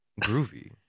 groovy